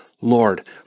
Lord